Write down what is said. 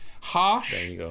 Harsh